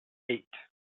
eight